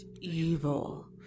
Evil